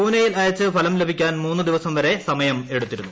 പൂനൈയിൽ അയച്ച് ഫലം ലഭിക്കാൻ മൂന്നു ദിവസം വരെ സമയമെടുത്തിരുന്നു